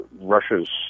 Russia's